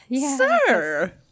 Sir